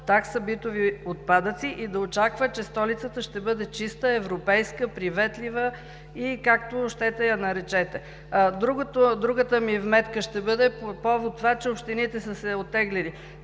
такса битови отпадъци и да очаква, че столицата ще бъде чиста, европейска, приветлива и както щете я наречете. Другата ми вметка ще бъде по повод това, че общините са се оттеглили.